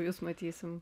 jus matysim